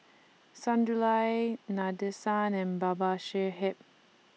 Sunderlal Nadesan and Babasaheb